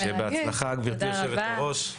שיהיה בהצלחה, גברתי יושבת הראש.